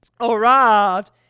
arrived